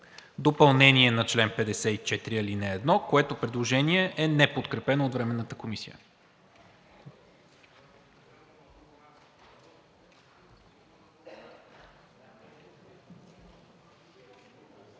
допълнение на чл. 54, ал. 1, което предложение е неподкрепено от Временната комисия.